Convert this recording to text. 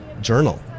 journal